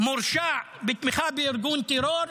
מורשע בתמיכה בארגון טרור,